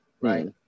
Right